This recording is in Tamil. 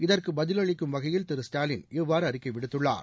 இதற்கு பதிலளிக்கும் வகையில் திரு ஸ்டாலின் இவ்வாறு அறிக்கை விடுத்துள்ளார்